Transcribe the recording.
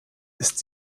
ist